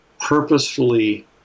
purposefully